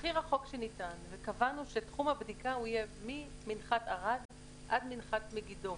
הכי רחוק שניתן וקבענו שתחום הבדיקה יהיה ממנחת ערד עד מנחת מגידו,